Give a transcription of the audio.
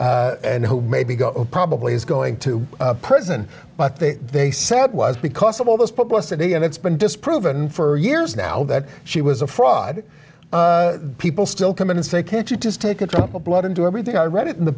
m and who maybe go probably is going to prison but they they said it was because of all this publicity and it's been disproven for years now that she was a fraud people still come in and say can't you just take a drop of blood into everything i read in the